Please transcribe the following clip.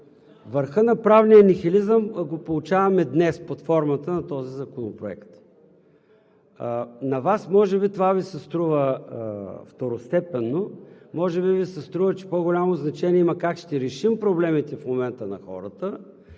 Върхът на правния нихилизъм го получаваме днес под формата на този законопроект. На Вас може би това Ви се струва второстепенно, може би Ви се струва, че по голямо значение има как в момента ще решим проблемите на хората,